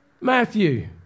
Matthew